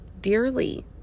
dearly